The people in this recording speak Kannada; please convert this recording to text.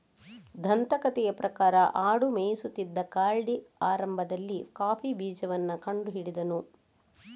ದಂತಕಥೆಯ ಪ್ರಕಾರ ಆಡು ಮೇಯಿಸುತ್ತಿದ್ದ ಕಾಲ್ಡಿ ಆರಂಭದಲ್ಲಿ ಕಾಫಿ ಬೀಜವನ್ನ ಕಂಡು ಹಿಡಿದನು